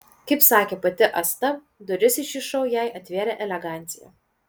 kaip sakė pati asta duris į šį šou jai atvėrė elegancija